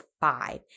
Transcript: five